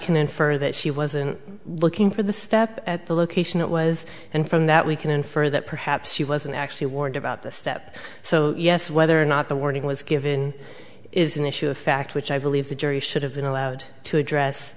can infer that she wasn't looking for the step at the location it was and from that we can infer that perhaps she wasn't actually warned about the step so yes whether or not the warning was given is an issue of fact which i believe the jury should have been allowed to address